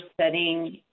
setting